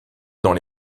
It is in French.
dans